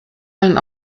man